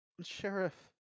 Sheriff